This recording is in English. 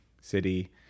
city